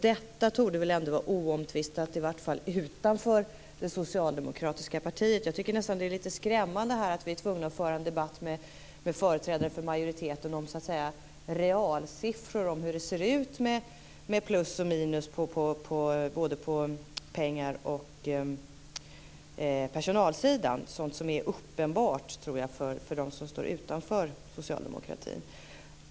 Detta torde väl ändå vara oomtvistat, i varje fall utanför det socialdemokratiska partiet. Jag tycker nästan att det är litet skrämmande att vi är tvungna att föra en debatt med företrädare för majoriteten om realsiffror, om hur det ser ut med plus och minus både vad gäller pengar och personal - sådant som jag tror är uppenbart för dem som står utanför socialdemokratin.